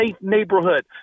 neighborhood